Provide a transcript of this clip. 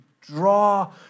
draw